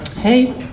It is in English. Hey